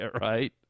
right